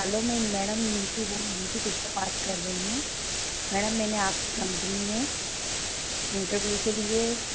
hello मैं madam Neetu Neetu Krishna बात कर रही हूं मैडम मैंने आपकी कंपनी में इंटरव्यू के लिए इंटरव्यू दी